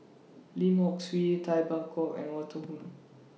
Lim Hock Siew Tay Bak Koi and Walter Woon